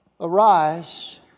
arise